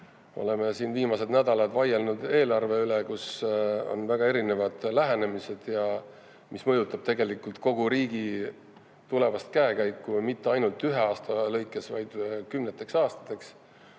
oleme siin viimased nädalad vaielnud eelarve üle. Meil on väga erinevad lähenemised ja [eelarve] mõjutab tegelikult kogu riigi tulevast käekäiku ning mitte ainult ühe aasta lõikes, vaid kümneteks aastateks.